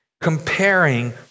Comparing